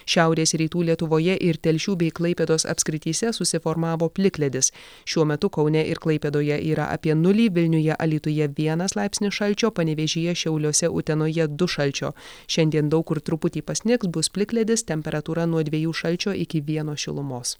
šiaurės rytų lietuvoje ir telšių bei klaipėdos apskrityse susiformavo plikledis šiuo metu kaune ir klaipėdoje yra apie nulį vilniuje alytuje vienas laipsnis šalčio panevėžyje šiauliuose utenoje du šalčio šiandien daug kur truputį pasnigs bus plikledis temperatūra nuo dviejų šalčio iki vieno šilumos